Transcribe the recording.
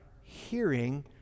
hearing